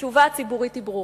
התשובה הציבורית היא ברורה.